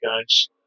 guys